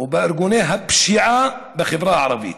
ובארגוני הפשיעה בחברה הערבית,